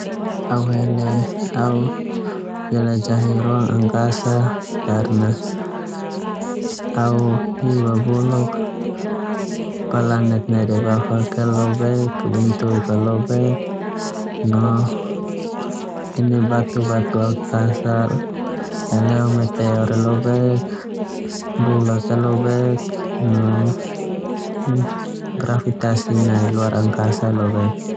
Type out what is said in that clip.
Au hele au jelajahi ruang angkasa karna au hi babuluk planet nai daebafok ia lobek, bentuk a lobek, no batu-batu angakasa leleo meteor ia la lobek, bulak ia lobek no grafitasi nai luar angkasa ia lobek.